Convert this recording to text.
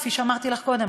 כפי שאמרתי לך קודם,